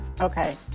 Okay